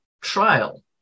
trial